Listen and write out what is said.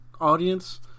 audience